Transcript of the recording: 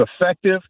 effective